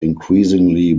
increasingly